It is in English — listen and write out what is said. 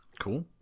Cool